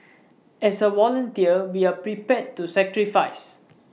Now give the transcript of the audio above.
as A volunteer we are prepared to sacrifice